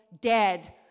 dead